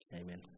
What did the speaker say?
Amen